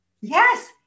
Yes